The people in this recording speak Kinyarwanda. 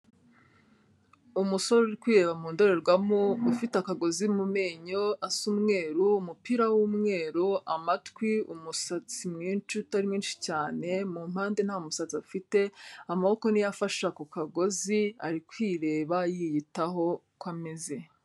Umusore uri kwireba mu ndorerwamo, ufite akagozi mu menyo asa umweru, umupira w'umweru, amatwi, umusatsi mwinshi utari mwinshi cyane, mu mpande nta musatsi afite, amaboko ni yo afashe ku kagozi, ari kwireba, yiyitaho uko ameze.